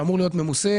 הוא אמור להיות ממוסה,